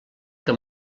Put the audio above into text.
que